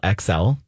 XL